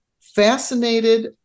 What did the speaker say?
fascinated